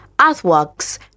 earthworks